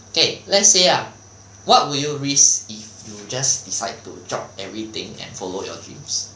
K let's say ah what will you risk if you just decide to drop everything and follow your dreams